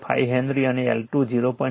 05 henry અને L2 0